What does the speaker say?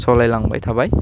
सलायलांबाय थाबाय